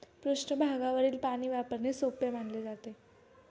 पृष्ठभागावरील पाणी वापरणे सोपे मानले जाते